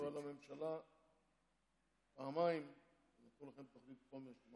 אבל הממשלה נתנה לכם פעמיים תוכנית חומש.